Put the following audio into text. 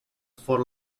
for